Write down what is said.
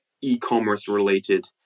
e-commerce-related